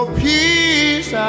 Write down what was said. peace